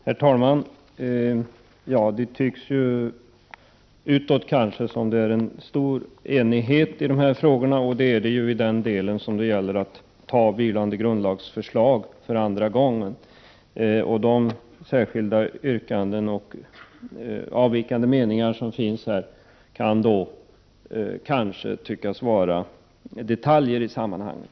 Herr talman! Det kan utåt tyckas att det råder stor enighet i dessa frågor. Sådan enighet råder också i den delen där det gäller att anta vilande grundlagsförslag för andra gången. De särskilda yrkanden och avvikande meningar som föreligger kan kanske tyckas vara detaljer i sammanhanget.